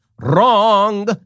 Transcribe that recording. Wrong